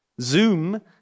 Zoom